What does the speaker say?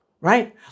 Right